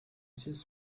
چیز